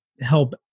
help